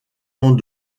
ans